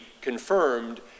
confirmed